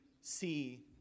see